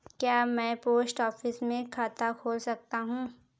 क्या मैं post office में खाता खोल सकता हूँ?